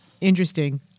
interesting